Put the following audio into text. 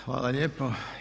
Hvala lijepo.